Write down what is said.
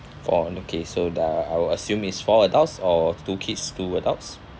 four okay so I I'll assume it's four adults or two kids two adults